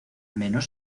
menos